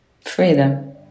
Freedom